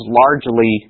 largely